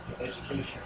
Education